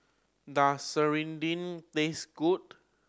does serunding taste good